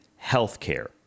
healthcare